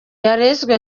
yarezwe